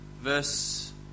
Verse